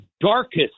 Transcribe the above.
darkest